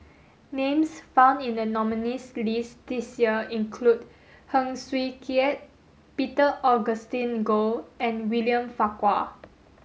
names found in the nominees' list this year include Heng Swee Keat Peter Augustine Goh and William Farquhar